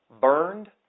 burned